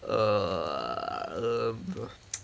err